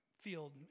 field